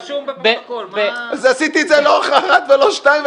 אז עשיתי את זה לא אחת ולא שתיים,